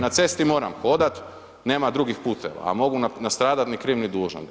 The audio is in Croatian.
Na cesti moram hodat, nema drugih puteva, a mogu nastradat ni kriv ni dužan.